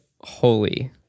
Holy